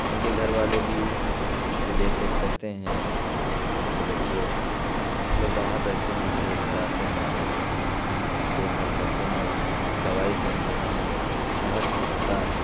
ان کے گھر والے بھی ان کی دیکھ ریکھ کرتے ہیں ان کے بچے اکثر باہر رہتے ہیں جب وہ گھر آتے ہیں تو ان کی دیکھ بھال کرتے ہیں اور اس کی دوائی کا انتظام شہر سے ہوتا ہے